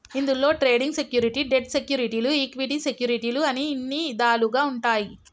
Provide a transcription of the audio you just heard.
ఇందులో trading security, debt సెక్యూరిటీలు equity సెక్యూరిటీలు అని ఇన్ని ఇదాలుగా ఉంటాయి